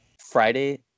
Friday